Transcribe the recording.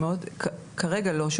כרגע לא,